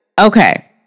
Okay